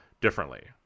differently